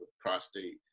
prostate